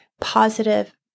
positive